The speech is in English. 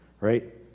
right